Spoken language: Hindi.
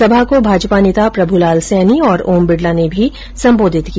सभा को भाजपा नेता प्रभूलाल सैनी और ओम बिड़ला ने भी संबोधित किया